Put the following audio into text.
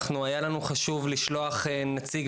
אנחנו באמת מוזמנים בשש